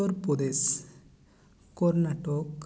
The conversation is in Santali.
ᱩᱛᱛᱚᱨ ᱯᱨᱚᱫᱮᱥ ᱠᱚᱨᱱᱟᱴᱚᱠ